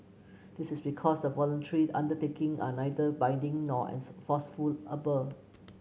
this is because the voluntary undertaking are neither binding nor enforceable